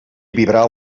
vibrar